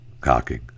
cocking